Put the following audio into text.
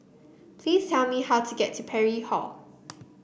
please tell me how to get to Parry Hall